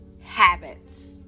habits